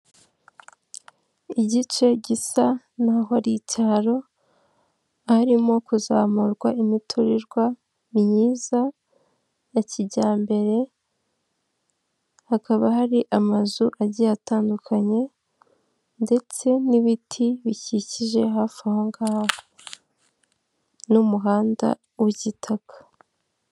Igice gisa nkaho ari icyaro kirimo kuzamurwamo imiturirwa myiza ya kijyambere, hakaba hari amazu agiye atandukanye ndetse n'ibiti bikikije hafi aho ngaho n'umuhanda w'igitaka.